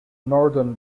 northern